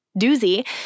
doozy